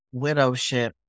widowship